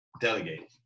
delegate